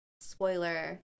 spoiler